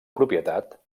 propietat